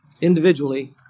individually